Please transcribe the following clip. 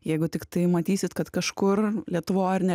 jeigu tiktai matysit kad kažkur lietuvoj ar ne